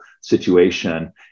situation